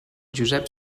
josep